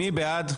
מי בעד?